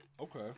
Okay